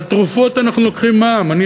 על תרופות אנחנו לוקחים מע"מ.